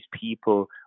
people